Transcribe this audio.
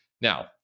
Now